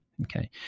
Okay